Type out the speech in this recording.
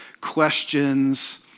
questions